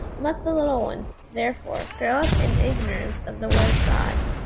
must the little ones, therefore, grow up in ignorance of the word of god?